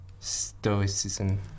Stoicism